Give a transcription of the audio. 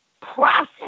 process